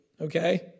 okay